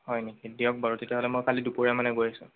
হয় নেকি দিয়ক বাৰু তেতিয়াহ'লে মই কালি দুপৰীয়ামানে গৈ আছোঁ